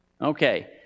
Okay